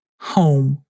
Home